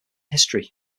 history